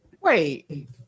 Wait